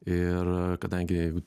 ir kadangi jeigu